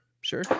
Sure